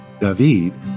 David